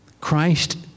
Christ